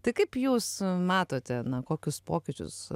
tai kaip jūs matote na kokius pokyčius